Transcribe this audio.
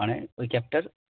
মানে ওই ক্যাবটার